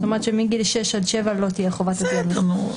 זאת אומרת מגיל שש עד שבע לא תהיה חובת עטיית מסכות.